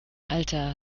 alter